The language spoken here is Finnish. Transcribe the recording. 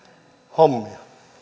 hommia no niin